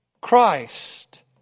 Christ